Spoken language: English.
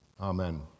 Amen